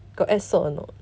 got add salt or not